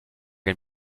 ein